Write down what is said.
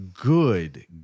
good